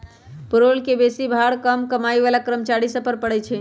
payroll कर बेशी भार कम कमाइ बला कर्मचारि सभ पर पड़इ छै